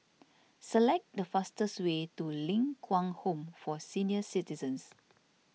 select the fastest way to Ling Kwang Home for Senior Citizens